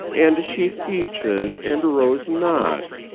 and she ceases and rows not,